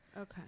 Okay